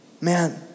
Man